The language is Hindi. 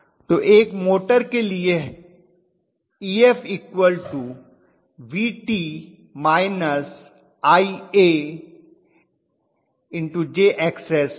तो एक मोटर के लिए EfVt Ia∠∅jXs होगा